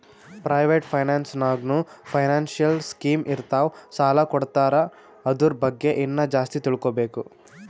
private finance ನಾಗ್ನೂ financial scheme ಇರ್ತಾವ್ ಸಾಲ ಕೊಡ್ತಾರ ಅದುರ್ ಬಗ್ಗೆ ಇನ್ನಾ ಜಾಸ್ತಿ ತಿಳ್ಕೋಬೇಕು